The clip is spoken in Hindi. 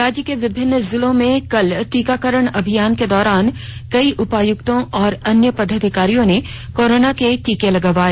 राज्य के विभिन्न जिलों में कल टीकाकरण अभियान के दौरान कई उपायुक्तों और अन्य पदाधिकारियों ने कोरोना के टीके लगवाए